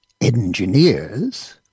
engineers